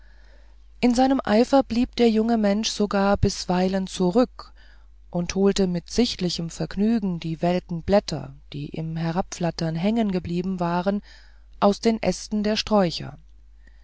in seinem eifer blieb der junge mensch sogar bisweilen zurück und holte mit sichtlichem vergnügen die welken blätter die im herabflattern hängen geblieben waren aus den ästen der sträucher